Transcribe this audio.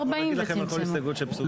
אנחנו נגיד לכם על כל הסתייגות שפסולה.